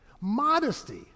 modesty